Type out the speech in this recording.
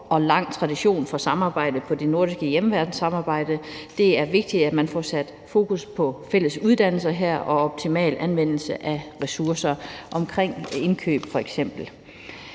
en lang tradition for samarbejde inden for det nordiske hjemmeværnssamarbejde. Det er vigtigt, at man får sat fokus på fælles uddannelser her og optimal anvendelse af ressourcer, f.eks. omkring indkøb.